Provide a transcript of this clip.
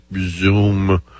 zoom